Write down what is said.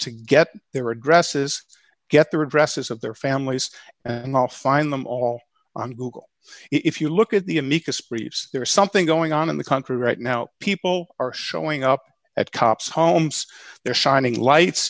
to get their addresses get the addresses of their families and i'll find them all on google if you look at the amicus briefs there is something going on in the country right now people are showing up at cops homes they're shining lights